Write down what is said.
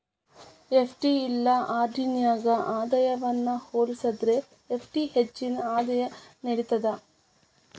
FD ಇಲ್ಲಾ RD ನ್ಯಾಗ ಆದಾಯವನ್ನ ಹೋಲಿಸೇದ್ರ ಎಫ್.ಡಿ ಹೆಚ್ಚಿನ ಆದಾಯ ನೇಡ್ತದ